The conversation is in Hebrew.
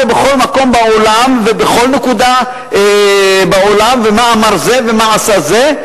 בכל מקום בעולם ובכל נקודה בעולם ומה אמר זה ומה עשה זה.